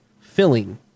filling